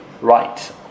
Right